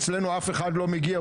אצלנו אף אחד לא מגיע,